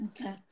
Okay